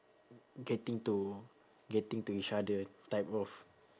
getting to getting to each other type of